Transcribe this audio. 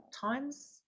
times